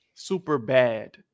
Superbad